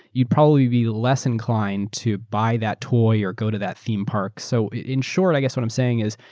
you probably will be less inclined to buy that toy or go to that theme park. so in short, i guess what i'm saying is,